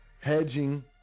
hedging